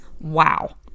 Wow